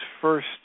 first